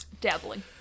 Dabbling